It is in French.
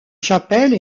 chapelle